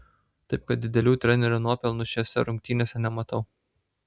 taip kad didelių trenerio nuopelnų šiose rungtynėse nematau